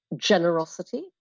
generosity